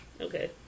Okay